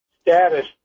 status